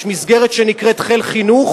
יש מסגרת שנקראת חיל חינוך,